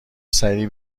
سریع